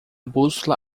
bússola